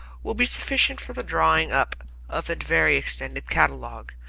will be sufficient for the drawing up of a very extended catalogue.